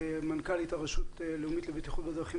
מנכ"לית הרשות הלאומית לבטיחות בדרכים,